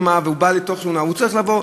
הוא צריך לבוא,